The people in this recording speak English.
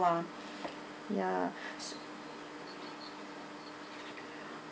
uh ya